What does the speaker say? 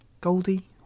Goldie